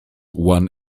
won